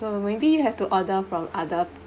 so may be you have to order from other